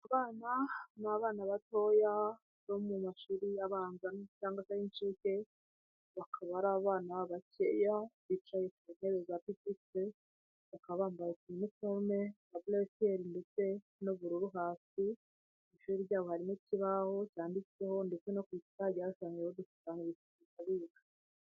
Abana, ni abana batoya bo mu mashuri abanza, cyangwa se ay'inshuke, bakaba ari abana bakeya bicaye ku ntebe za pipitire, bakaba bambaye iniforume ya bulu siyeli, ndetse n'ubururu hasi, mu ishuri ryabo harimo ikibaho cyanditseho, ndetse no ku gikuta hagiye hashushanyihe ibishushanyo bitari bike.